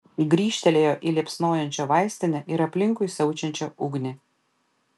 grįžtelėjo į liepsnojančią vaistinę ir aplinkui siaučiančią ugnį